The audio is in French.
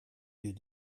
yeux